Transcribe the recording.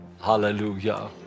Hallelujah